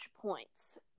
points